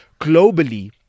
globally